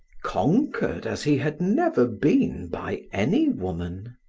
conquered as he had never been by any woman.